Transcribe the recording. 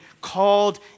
called